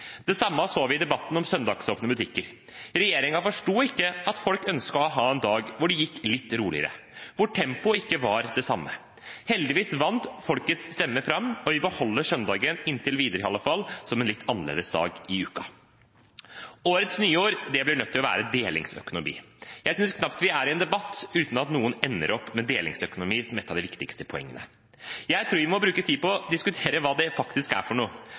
Det samme så vi i debatten om søndagsåpne butikker. Regjeringen forsto ikke at folk ønsket å ha en dag hvor det gikk litt roligere, hvor tempoet ikke var det samme. Heldigvis vant folkets stemme fram, og vi beholder søndagen – inntil videre i alle fall – som en litt annerledes dag i uken. Årets nyord blir nødt til å være «delingsøkonomi». Jeg synes knapt vi er i en debatt uten at noen ender opp med delingsøkonomi som et av de viktigste poengene. Jeg tror vi må bruke tid på å diskutere hva det faktisk er for